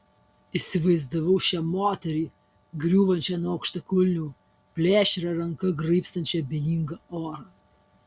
įsivaizdavau šią moterį griūvančią nuo aukštakulnių plėšria ranka graibstančią abejingą orą